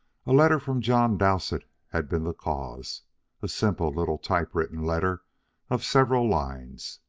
a letter from john dowsett had been the cause a simple little typewritten letter of several lines.